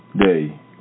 day